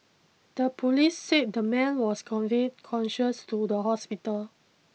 the police said the man was conveyed conscious to the hospital